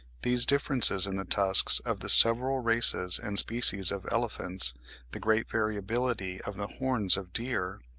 these differences in the tusks of the several races and species of elephants the great variability of the horns of deer,